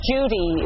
Judy